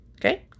okay